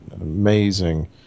amazing